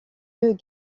yeux